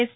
yes